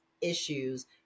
issues